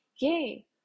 Yay